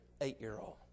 eight-year-old